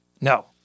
No